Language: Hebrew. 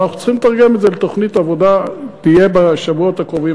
ואנחנו צריכים לתרגם את זה לתוכנית עבודה שתהיה בשבועות הקרובים,